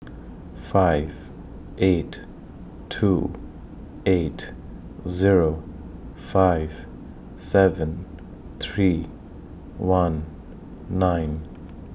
five eight two eight Zero five seven three one nine